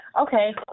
Okay